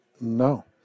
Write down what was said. No